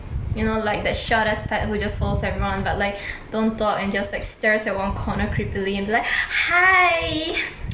you know like that short ass pet who just follows everyone but like don't talk and just like stares at one corner creepily and be like hi